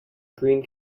greene